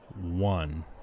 One